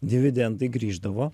dividendai grįždavo